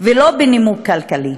ולא בנימוק כלכלי.